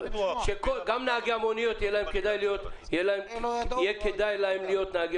שגם נהגי המוניות יהיה כדאי להם להיות נהגי